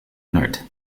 note